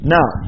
Now